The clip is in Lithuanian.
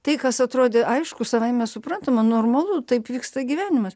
tai kas atrodė aišku savaime suprantama normalu taip vyksta gyvenimas